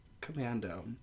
commando